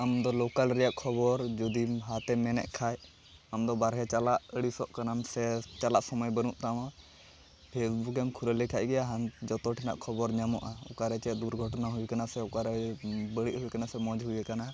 ᱟᱢᱫᱚ ᱞᱳᱠᱟᱞ ᱨᱮᱭᱟᱜ ᱠᱷᱚᱵᱚᱨ ᱡᱚᱫᱤᱢ ᱦᱟᱛᱮᱢ ᱢᱮᱱᱮᱫ ᱠᱷᱟᱡ ᱟᱢᱫᱚ ᱵᱟᱨᱦᱮ ᱪᱟᱞᱟᱜ ᱟᱹᱲᱤᱥᱚᱜ ᱠᱟᱱᱟᱢ ᱥᱮ ᱪᱟᱞᱟᱜ ᱥᱚᱢᱚᱭ ᱵᱟᱹᱱᱩᱜ ᱛᱟᱢᱟ ᱯᱷᱮᱥᱵᱩᱠᱮᱢ ᱠᱷᱩᱞᱟᱹᱣ ᱞᱮᱠᱷᱟᱡᱜᱮ ᱟᱢ ᱡᱚᱛᱚ ᱴᱷᱮᱱᱟᱜ ᱠᱷᱚᱵᱚᱨ ᱧᱟᱢᱚᱜᱼᱟ ᱚᱠᱟᱨᱮ ᱪᱮᱫ ᱫᱩᱨᱜᱷᱚᱴᱚᱱᱟ ᱦᱩᱭᱟᱠᱟᱱᱟ ᱥᱮ ᱚᱠᱟᱨᱮ ᱵᱟᱹᱲᱤᱡ ᱦᱩᱭᱟᱠᱟᱱᱟ ᱥᱮ ᱢᱚᱡᱽ ᱦᱩᱭᱟᱠᱟᱱᱟ